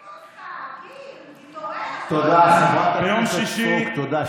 אביר, תתעורר, תודה, חברת הכנסת סטרוק, תודה.